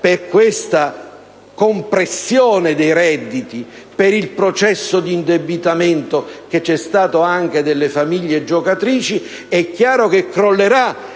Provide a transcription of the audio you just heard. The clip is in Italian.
per questa compressione dei redditi, per il processo di indebitamento che c'è stato anche nelle famiglie giocatrici, è chiaro che crollerà